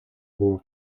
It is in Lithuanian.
buvo